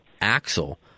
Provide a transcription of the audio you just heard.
Axel